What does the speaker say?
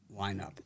lineup